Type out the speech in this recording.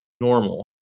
normal